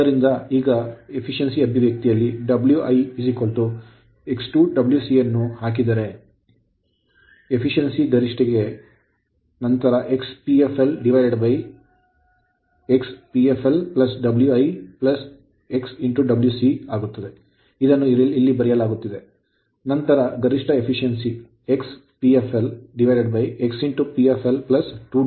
ಆದ್ದರಿಂದ ಈಗ ದಕ್ಷತೆಯ ಅಭಿವ್ಯಕ್ತಿಯಲ್ಲಿ Wi X2 Wc ಯನ್ನು ಹಾಕಿದರೆ n ಗರಿಷ್ಠ ಗೆ ನಂತರ ಅದು XPfl XPfl Wi XWc ಆಗುತ್ತದೆ ಅದನ್ನು ಇಲ್ಲಿ ಬರೆಯಲಾಗಿದೆ ನಂತರ ಗರಿಷ್ಠ efficiency ದಕ್ಷತೆ X PflX Pfl 2 Wi